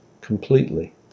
completely